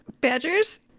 Badgers